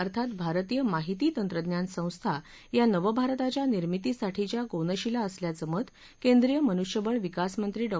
अर्थात भारतीय माहिती तंत्रज्ञान संस्था या नवभारताच्या निर्मितीसाठीच्या कोनशिला असल्याचं मत केंद्रीय मनुष्यबळ विकास मंत्री डॉ